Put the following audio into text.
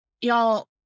Y'all